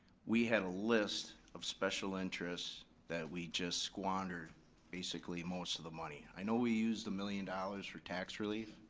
we had a list of special interests that we just squandered basically most of the money. i know we used one million dollars for tax relief,